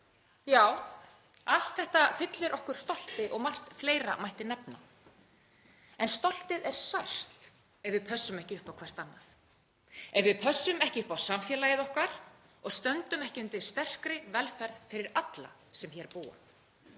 Já, allt þetta fyllir okkur stolti og margt fleira mætti nefna. En stoltið er sært ef við pössum ekki upp á hvert annað, ef við pössum ekki upp á samfélagið okkar og stöndum ekki undir sterkri velferð fyrir alla sem hér búa.